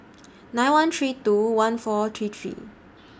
nine one three two one four three three